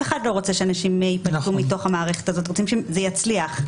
אחד לא רוצה שאנשים יתנתקו מתוך המערכת הזאת אלא רוצים שזה יצליח.